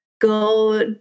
go